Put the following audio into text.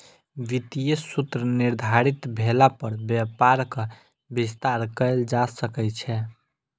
वित्तीय सूत्र निर्धारित भेला पर व्यापारक विस्तार कयल जा सकै छै